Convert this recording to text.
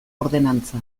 ordenantza